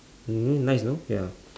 mm hmm nice no ya